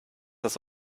das